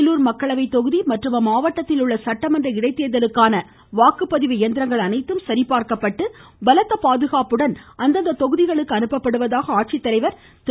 வேலூர் மக்களவை தொகுதி மற்றும் அம்மாவட்டத்தில் உள்ள சட்டமன்ற இடைத்தேர்தலுக்கான வாக்குப்பதிவு இயந்திரங்கள் அனைத்தும் சரிபார்க்கப்பட்டு பலத்த பாதுகாப்புடன் அந்த தொகுதிகளுக்கு அனுப்பப்படுவதாக ஆட்சித்தலைவர் திரு